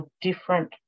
different